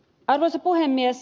arvoisa puhemies